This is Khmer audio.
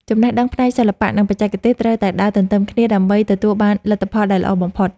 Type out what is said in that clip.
ចំណេះដឹងផ្នែកសិល្បៈ និង បច្ចេកទេសត្រូវតែដើរទន្ទឹមគ្នាដើម្បីទទួលបានលទ្ធផលដែលល្អបំផុត។